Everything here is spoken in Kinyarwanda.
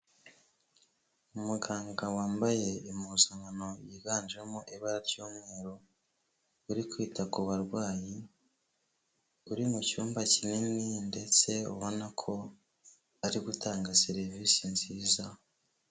Umuganga wambaye impuzankano yiganjemo ibara ry'umweru, uri kwita ku barwayi, uri mu cyumba kinini ndetse ubona ko ari gutanga serivisi nziza.